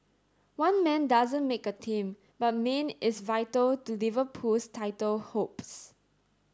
one man doesn't make a team but Mane is vital to Liverpool's title hopes